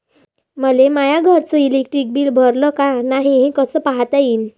मले माया घरचं इलेक्ट्रिक बिल भरलं का नाय, हे कस पायता येईन?